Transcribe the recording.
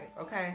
okay